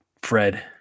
Fred